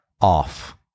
off